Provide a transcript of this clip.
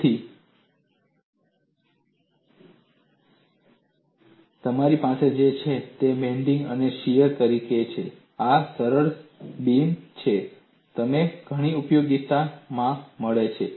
તેથી તમારી પાસે જે છે તે તમને બેન્ડિંગ અને શીયર તરીકે છે અને આ સૌથી સરળ બીમ છે જે તમને ઘણી ઉપયોગિતાનો માં મળે છે